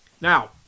Now